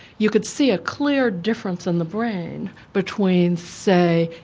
you could see a clear difference in the brain between, say,